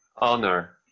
honor